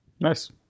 Nice